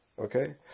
Okay